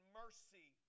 mercy